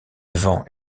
vent